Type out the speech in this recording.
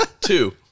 Two